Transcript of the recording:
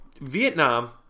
Vietnam